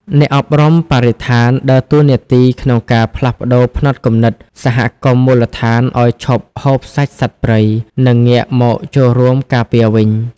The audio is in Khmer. អ្នកអប់រំបរិស្ថានដើរតួនាទីក្នុងការផ្លាស់ប្តូរផ្នត់គំនិតសហគមន៍មូលដ្ឋានឱ្យឈប់ហូបសាច់សត្វព្រៃ និងងាកមកចូលរួមការពារវិញ។